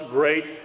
great